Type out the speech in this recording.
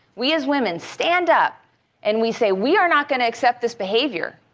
we as women stand up and we say, we are not going to accept this behavior.